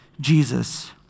Jesus